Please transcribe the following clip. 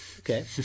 Okay